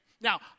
Now